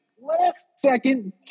last-second